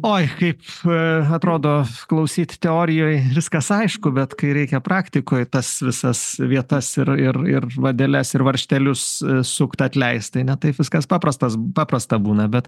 oi kaip a atrodo klausyt teorijoj viskas aišku bet kai reikia praktikoj tas visas vietas ir ir ir vadeles ir varžtelius sukt atleist tai ne taip viskas paprastas paprasta būna bet